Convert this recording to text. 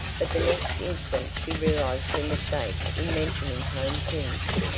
but the next instant she realized her mistake in mentioning home things.